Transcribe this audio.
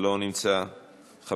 לא נמצא,